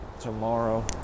tomorrow